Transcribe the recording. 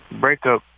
breakup